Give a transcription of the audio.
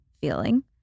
feeling